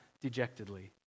dejectedly